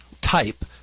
type